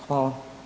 Hvala.